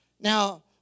Now